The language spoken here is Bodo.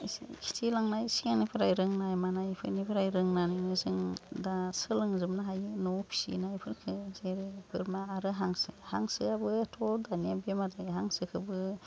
एसे खिथिलांनाय सिगांनिफ्राय रोंनाय मानाय इफोरनिफ्राय रोंनानैनो जों दा सोलोंजोबनो हायो न'आव फिनायफोरखो जेरै बोरमा आरो हांसो हांसोआबोथ' दानिया बेमार जायो हांसोखौबो